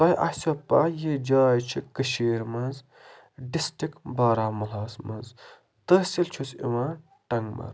تۄہہِ آسیو پاے یہِ جاے چھِ کٔشیٖرِ منٛز ڈِسٹرک بارہمُلہَس مَنٛز تحصیٖل چھُس یِوان ٹنٛگمَرگ